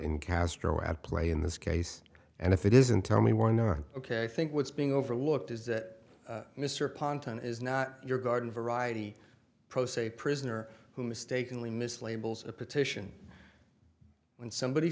in castro at play in this case and if it isn't tell me why not ok i think what's being overlooked is that mr ponton is not your garden variety pro se prisoner who mistakenly mis labels a petition when somebody